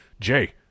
Jay